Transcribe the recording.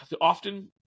often